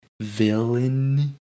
villain